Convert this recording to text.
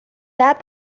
that